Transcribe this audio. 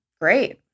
Great